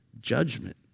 judgment